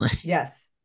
Yes